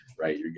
right